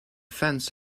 fence